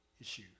issue